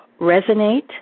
resonate